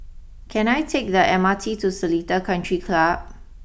can I take the M R T to Seletar country Club